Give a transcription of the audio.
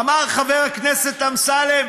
אמר חבר הכנסת אמסלם: